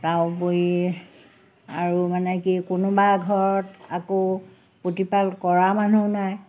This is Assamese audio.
তাৰ উপৰি আৰু মানে কি কোনোবা এঘৰত আকৌ প্ৰতিপাল কৰা মানুহ নাই